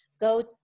go